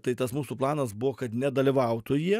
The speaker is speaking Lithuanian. tai tas mūsų planas buvo kad nedalyvautų jie